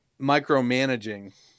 micromanaging